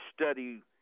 study